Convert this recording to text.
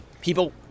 People